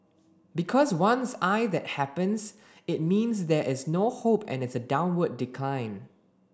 because once I that happens it means there is no hope and it's a downward decline